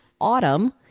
autumn